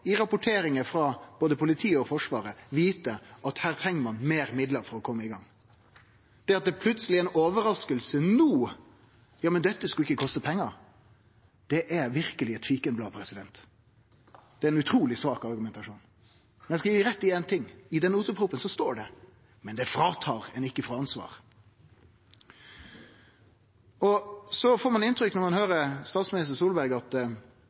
i rapportering frå både politiet og Forsvaret – til å vite at her treng ein meir midlar for å kome i gang. Det at det plutseleg er ei overrasking no – ja, men dette skulle jo ikkje koste pengar – er verkeleg eit fikenblad. Det er ein utruleg svak argumentasjon. Eg skal gi dei rett i éin ting: Det står i den odelstingsproposisjonen. Men det tar ikkje frå ein ansvaret. Når ein høyrer statsminister Solberg, får ein inntrykk av at det at ein